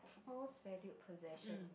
most valued possession